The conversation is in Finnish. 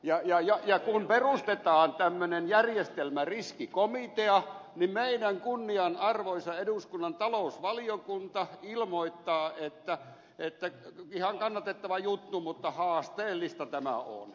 ja kun perustetaan tämmöinen järjestelmäriskikomitea niin meidän kunnianarvoisa eduskunnan talousvaliokuntamme ilmoittaa että ihan kannatettava juttu mutta haasteellista tämä on